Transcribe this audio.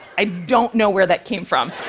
i don't know where that came from.